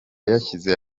yashyize